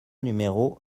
numéro